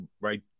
right